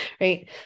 right